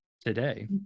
today